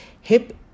hip